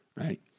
right